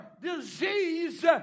disease